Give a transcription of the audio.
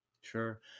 sure